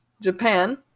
Japan